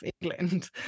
england